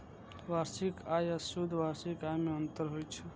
वार्षिक आय आ शुद्ध वार्षिक आय मे अंतर होइ छै